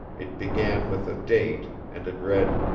it began with a date, and it read